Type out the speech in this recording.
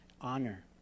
honor